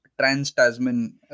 trans-Tasman